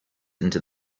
into